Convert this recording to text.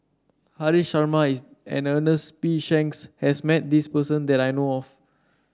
Haresh Sharma and Ernest P Shanks has met this person that I know of